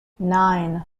nine